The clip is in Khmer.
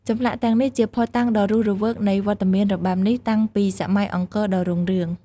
ចម្លាក់ទាំងនេះជាភស្តុតាងដ៏រស់រវើកនៃវត្តមានរបាំនេះតាំងពីសម័យអង្គរដ៏រុងរឿង។